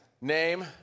name